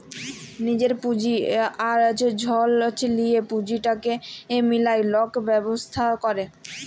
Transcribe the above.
লিজের পুঁজি আর ঋল লিঁয়ে পুঁজিটাকে মিলায় লক ব্যবছা ক্যরে